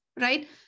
right